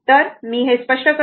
तर मी हे स्पष्ट करतो